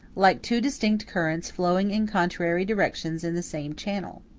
like two distinct currents flowing in contrary directions in the same channel.